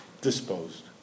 disposed